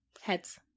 Heads